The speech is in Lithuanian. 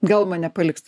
gal mane paliks